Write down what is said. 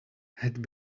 had